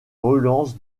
relance